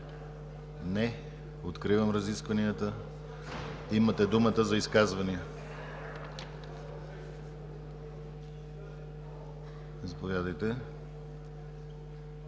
Не. Откривам разискванията. Имате думата за изказвания, заповядайте.